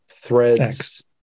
Threads